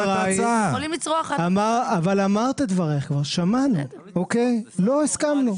אבל אמרת את דברייך, שמענו, לא הסכמנו.